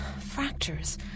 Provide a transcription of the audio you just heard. Fractures